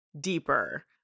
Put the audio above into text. deeper